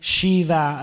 Shiva